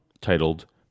titled